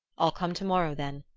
i'll come to-morrow, then.